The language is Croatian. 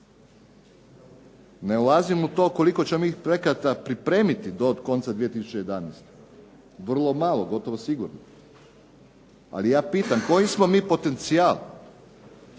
Ne ulazim u to koliko ćemo mi projekata pripremiti do konca 2011., vrlo malo gotovo sigurno. Ali ja pitam koji smo mi potencijal,